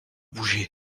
bouger